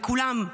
לכולם,